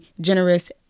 generous